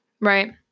right